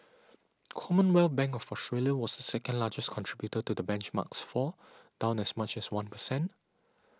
Commonwealth Bank of Australia was second largest contributor to the benchmark's fall down as much as one percent